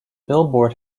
billboard